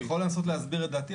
אני יכול לנסות להסביר את דעתי,